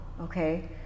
okay